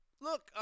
Look